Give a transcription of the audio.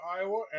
Iowa